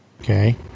Okay